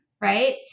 Right